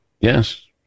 Yes